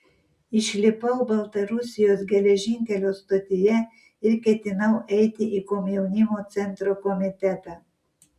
išlipau baltarusijos geležinkelio stotyje ir ketinau eiti į komjaunimo centro komitetą